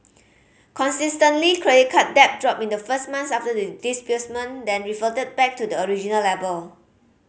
consistently credit card debt dropped in the first months after the disbursement then reverted back to the original level